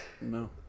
No